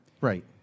Right